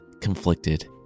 conflicted